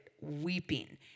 weeping